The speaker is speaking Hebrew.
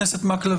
הכאב.